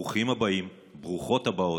ברוכים הבאים, ברוכות הבאות,